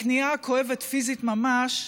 הכניעה הכואבת פיזית ממש,